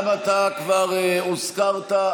גם אתה כבר הוזכרת.